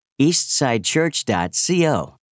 eastsidechurch.co